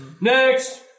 Next